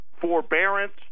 forbearance